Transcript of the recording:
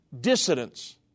dissidents